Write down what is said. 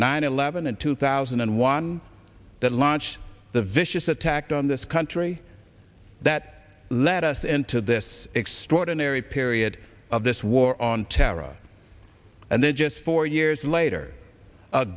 nine eleven and two thousand and one that launched the vicious attacks on this country that led us into this extraordinary period of this war on terror and then just four years later a